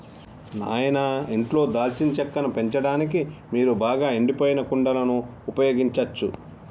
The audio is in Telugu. నాయిన ఇంట్లో దాల్చిన చెక్కను పెంచడానికి మీరు బాగా ఎండిపోయిన కుండలను ఉపయోగించచ్చు